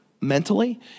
mentally